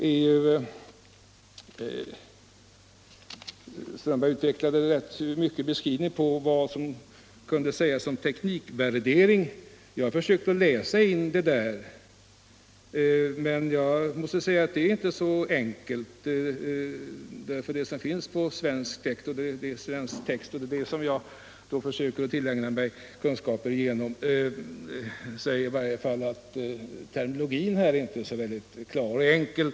Herr Strömberg utvecklade ganska mycket vad som kan sägas om teknikvärdering. Jag har försökt läsa in det. Det är inte så enkelt. Terminologin som finns i svensk text — som jag försöker tillägna mig kunskapen genom - är inte speciellt klar och enkel.